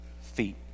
feet